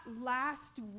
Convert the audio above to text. last